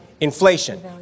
Inflation